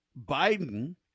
Biden